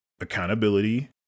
accountability